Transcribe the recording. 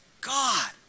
God